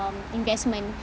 investment